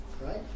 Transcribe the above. Right